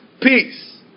peace